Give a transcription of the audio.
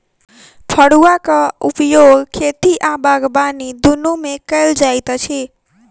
फड़ुआक उपयोग खेती आ बागबानी दुनू मे कयल जाइत अछि